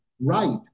Right